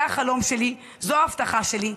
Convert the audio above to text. זה החלום שלי, זו ההבטחה שלי.